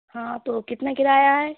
ہاں تو کتنا کرایہ ہے